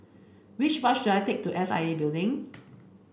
which bus should I take to S I A Building